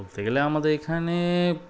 বলতে গেলে আমাদের এখানে